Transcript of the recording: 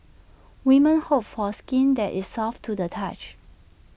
women hope for skin that is soft to the touch